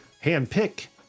hand-pick